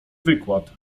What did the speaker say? wykład